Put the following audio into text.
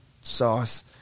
sauce